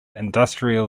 industrial